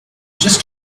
just